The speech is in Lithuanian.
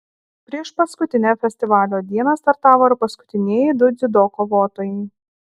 priešpaskutinę festivalio dieną startavo ir paskutinieji du dziudo kovotojai